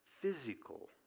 physical